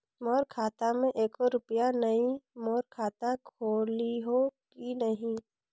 मोर खाता मे एको रुपिया नइ, मोर खाता खोलिहो की नहीं?